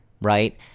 right